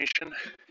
information